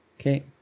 Okay